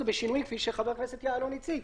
בשינויים כפי שחבר הכנסת יעלון הציג,